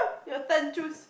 your turn choose